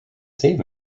save